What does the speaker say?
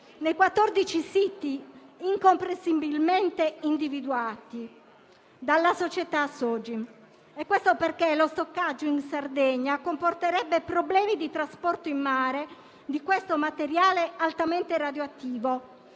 nei 14 siti incomprensibilmente individuati dalla società Sogin. Questo perché lo stoccaggio in Sardegna comporterebbe problemi di trasporto in mare di materiale altamente radioattivo,